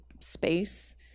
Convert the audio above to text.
space